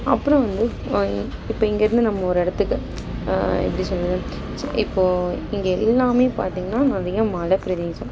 அப்புறம் வந்து இப்போ இங்கேருந்து நம்ம ஒரு இடத்துக்கு எப்படி சொல்கிறது இப்போ இங்கே எல்லாம் பார்த்தீங்கன்னா அதிகம் மலை பிரதேசம்